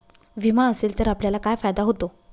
विमा असेल तर आपल्याला काय फायदा होतो?